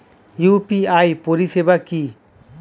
UPI পরিষেবা কি?